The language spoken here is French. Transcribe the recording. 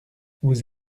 vous